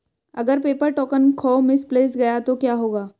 अगर paper token खो misplaced गया तो क्या होगा?